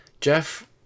Jeff